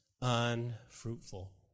unfruitful